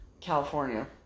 California